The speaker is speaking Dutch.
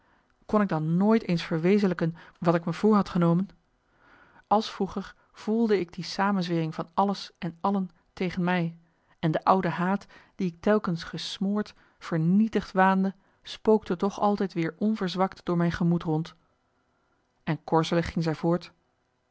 kon ik dan nooit eens verwezenlijken wat ik me voor had genomen als vroeger voelde ik die samenzwering van alles en allen tegen mij en de oude haat die ik telkens gesmoord vernietigd waande spookte toch altijd weer onverzwakt door mijn gemoed rond en korzelig ging zij voort